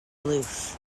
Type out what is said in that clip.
aloof